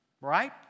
right